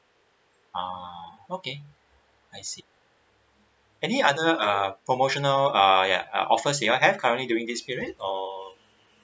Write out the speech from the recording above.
oh okay I see any other err promotional err ya offers your have currently during this period or